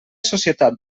societat